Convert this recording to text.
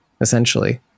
essentially